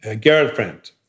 girlfriend